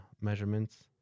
measurements